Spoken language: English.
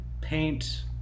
paint